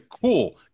cool